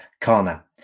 Karna